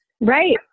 Right